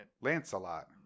Lancelot